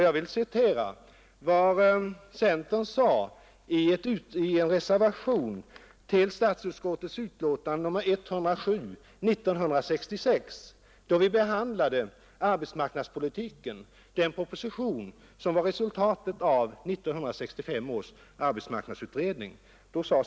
Jag vill citera vad centern sade i en reservation till statsutskottets utlåtande nr 107 år 1966, då vi behandlade den proposition som var resultatet av 1965 års arbetsmarknadsutredning.